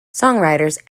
songwriters